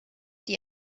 die